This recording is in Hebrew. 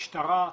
משטרה,